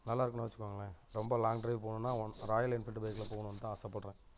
நல்லாயிருக்குன்னு வச்சிக்கோங்களேன் ரொம்ப லாங் ட்ரைவ் போகணுன்னா ஒன் ராயல் என்ஃபீல்டு பைக்ல போகணுன்னு தான் ஆசைப்பட்றேன்